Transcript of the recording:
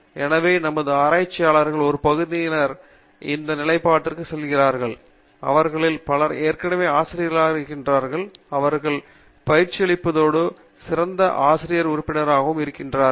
எனவே நமது ஆராய்ச்சியாளர்கள் ஒரு பகுதியினர் இந்த நிலைப்பாட்டிற்கு செல்கிறார்கள் அவர்களில் பலர் ஏற்கனவே ஆசிரியர்களாக இருக்கிறார்கள் அவர்கள் இங்கு பயிற்சியளிப்பதோடு சிறந்த ஆசிரிய உறுப்பினர்களாக இருக்கிறார்கள்